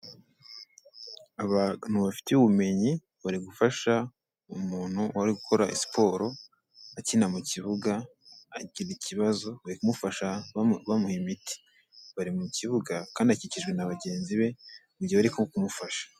Abantu bafite ubumenyi bari gufasha umuntu waruri gukora siporo akina mu kibuga agira ikibazo bari kumufasha bamuha imiti, bari mu kibuga kandi akikijwe na bagenzi be mu gihe bari kumufasha.